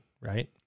right